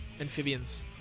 Amphibians